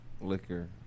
liquor